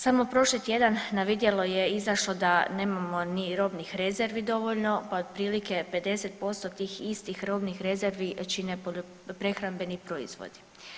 Samo prošli tjedan na vidjelo je izašlo da nemamo ni robnih rezervi dovoljno pa otprilike 50% tih istih robnih rezervi čine prehrambeni proizvodi.